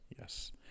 yes